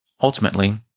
ultimately